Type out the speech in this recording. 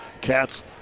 Cats